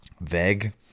vague